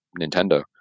Nintendo